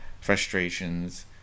frustrations